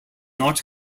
not